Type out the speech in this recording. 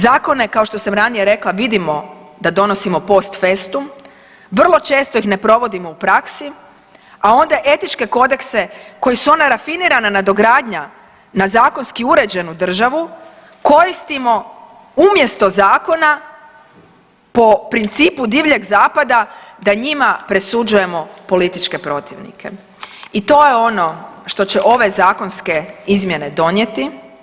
Zakone kao što sam ranije rekla vidimo da donosimo post festum, vrlo često ih ne provodimo u praksi, a onda etičke kodekse koji su ona rafinirana nadogradnja na zakonski uređenu državu koristimo umjesto zakona po principu divljeg zapada da njima presuđujemo političke protivnike i to je ono što će ove zakonske izmjene donijeti.